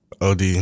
OD